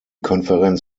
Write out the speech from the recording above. konferenz